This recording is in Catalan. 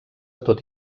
tot